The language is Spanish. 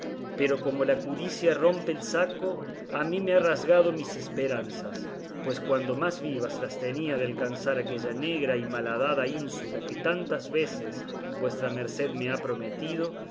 pero como la cudicia rompe el saco a mí me ha rasgado mis esperanzas pues cuando más vivas las tenía de alcanzar aquella negra y malhadada ínsula que tantas veces vuestra merced me ha prometido